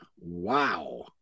Wow